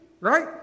right